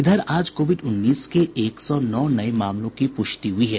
इधर आज कोविड उन्नीस के एक सौ नौ नये मामलों की पुष्टि हुई है